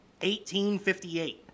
1858